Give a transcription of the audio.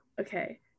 okay